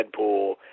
Deadpool